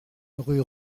rue